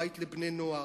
בית לבני-נוער,